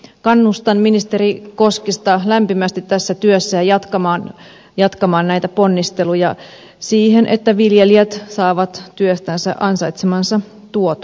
kannustan ministeri koskista lämpimästi tässä työssä ja jatkamaan näitä ponnisteluja siihen että viljelijät saavat työstänsä ansaitsemansa tuoton